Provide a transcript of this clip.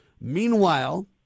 Meanwhile